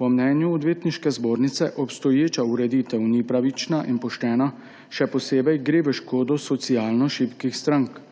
Po mnenju Odvetniške zbornice obstoječa ureditev ni pravična in poštena, še posebej gre v škodo socialno šibkih strank.